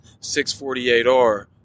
648R